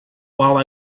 while